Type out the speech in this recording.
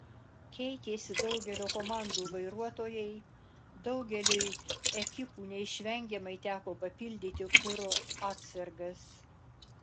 keitėsi daugelio komandų vairuotojai daugeliui ekipų neišvengiamai teko papildyti kuro atsargas